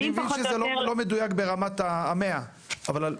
אני מבין שזה לא מדויק ברמת ה-100 אחוזים.